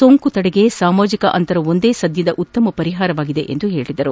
ಸೋಂಕು ತಡೆಗೆ ಸಾಮಾಜಿಕ ಅಂತಂವೊಂದೇ ಸದ್ಯದ ಉತ್ತಮ ಪರಿಹಾರ ಎಂದರು